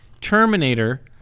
Terminator